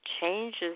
changes